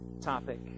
topic